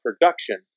production